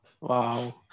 Wow